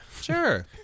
Sure